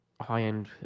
high-end